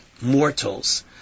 mortals